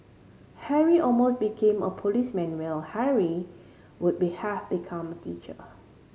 Harry almost became a policeman while Henry would be have become a teacher